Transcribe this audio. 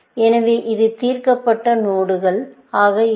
எனவே இது தீர்க்கப்பட்ட நோடுகள் ஆக இருக்கும்